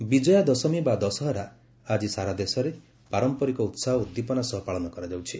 ଦଶହରା ବିଜୟା ଦଶମୀ ବା ଦଶହରା ଆଜି ସାରା ଦେଶରେ ପାରମ୍ପରିକ ଉତ୍ସାହ ଓ ଉଦ୍ଦୀପନା ସହ ପାଳନ କରାଯାଉଛି